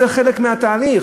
זה חלק מהתהליך.